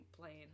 playing